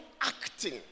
acting